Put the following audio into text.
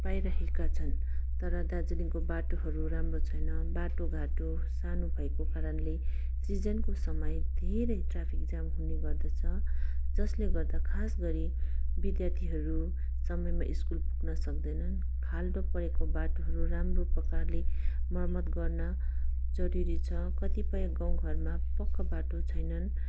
पाइरहेका छन् तर दार्जिलिङको बाटोहरू राम्रो छैन बाटो घाटो सानो भएको कारणले सिजनको समय धेरै ट्राफिक जाम हुने गर्दछ जसले गर्दा खास गरी विद्यार्थीहरू समयमा स्कुल पुग्न सक्दैनन् खाल्डो परेको बाटोहरू राम्रो प्रकारले मर्मत गर्न जरुरी छ कतिपय गाउँघरमा पक्का बाटो छैनन्